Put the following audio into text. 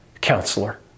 Counselor